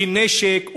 היא נשק,